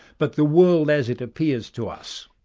but the world as it appears to us,